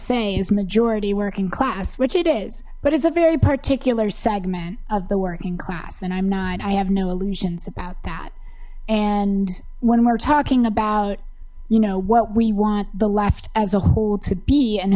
is majority work in class which it is but it's a very particular segment of the working class and i'm not i have no illusions about that and when we're talking about you know what we want the left as a whole to be an